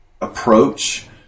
approach